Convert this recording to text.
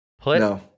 Put